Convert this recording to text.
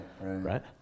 Right